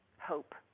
hope